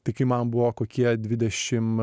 tai kai man buvo kokie dvidešim